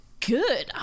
Good